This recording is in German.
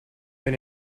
wenn